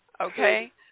Okay